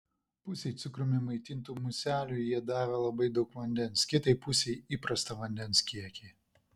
pusei cukrumi maitintų muselių jie davė labai daug vandens kitai pusei įprastą vandens kiekį